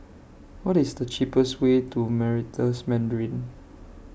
What IS The cheapest Way to Meritus Mandarin